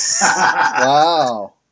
Wow